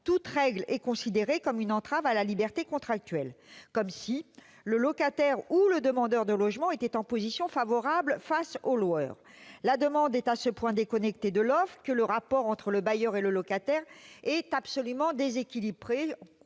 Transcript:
toute règle est considérée comme une entrave à la liberté contractuelle. Comme si le locataire ou le demandeur de logement étaient en position favorable face au loueur ! La demande est à ce point déconnectée de l'offre que le rapport entre le bailleur et le locataire est absolument déséquilibré.